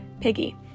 Piggy